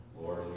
Lord